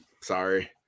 sorry